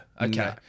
Okay